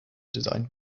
designed